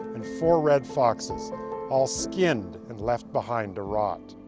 and four red foxes all skinned, and left behind to rot.